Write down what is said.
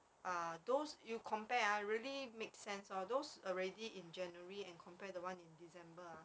ah those you compare ah really make sense lor those already in january and compare the one in december ah